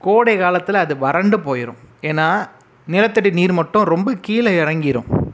கோடை காலத்தில் அது வறண்டு போய் விடும் ஏன்னா நிலத்தடி நீர் மட்டோம் ரொம்ப கீழே இறங்கிரும்